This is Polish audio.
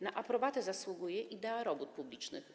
Na aprobatę zasługuje idea robót publicznych.